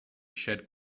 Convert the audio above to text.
shed